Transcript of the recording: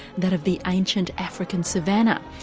that of the ancient african savanna.